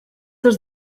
des